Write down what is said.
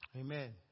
amen